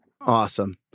Awesome